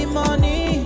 money